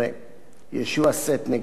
יהושע סט ואחרים נגד שר הביטחון.